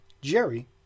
Jerry